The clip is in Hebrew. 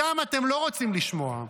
אותם אתם לא רוצים לשמוע.